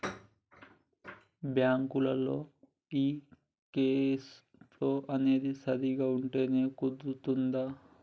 బ్యాంకులో ఈ cash flow అనేది సరిగ్గా ఉంటేనే కుదురుతాది